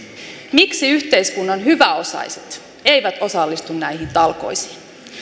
miksi yhteiskunnan hyväosaiset eivät osallistu näihin talkoisiin